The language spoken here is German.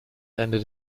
ende